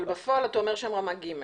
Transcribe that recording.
אבל בפועל אתה אומר שהם רמה ג'.